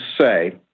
say